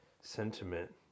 sentiment